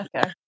Okay